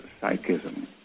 psychism